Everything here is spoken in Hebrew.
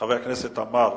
חבר הכנסת עמאר,